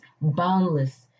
boundless